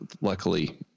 luckily